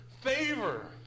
favor